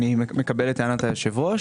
אני מקבל את טענת היושב-ראש,